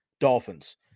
Dolphins